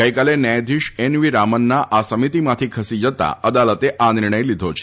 ગઈકાલે ન્યાયાધીશ N V રામનના આ સમિતિમાંથી ખસી જતાં અદાલતે આ નિર્ણય લીધો છે